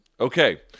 Okay